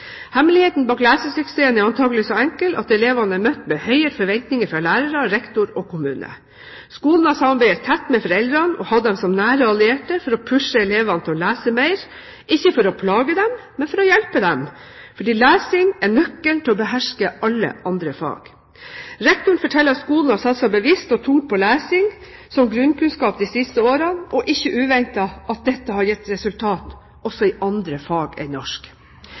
Hemmeligheten bak lesesuksessen er antakelig så enkel at elevene er blitt møtt med høye forventninger fra lærere, rektor og kommune. Skolen har samarbeidet tett med foreldrene og har hatt dem som nære allierte for å pushe elevene til å lese mer, ikke for å plage dem, men for å hjelpe dem, for lesing er nøkkelen til å beherske alle andre fag. Rektoren forteller at skolen har satset bevisst og tungt på lesing som grunnkunnskap de siste årene, og ikke uventet har dette gitt resultater også i andre fag enn norsk.